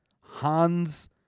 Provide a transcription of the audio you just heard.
Hans